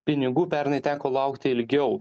pinigų pernai teko laukti ilgiau